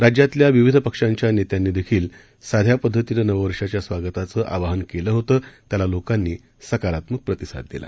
राज्यातल्या विविध पक्षांच्या नेत्यांनी देखील साध्यापद्धतिनं नववर्षाच्या स्वागताचं आवाहन केलं होतं त्याला लोकांनी सकारात्मक प्रतिसाद दिला